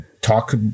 talk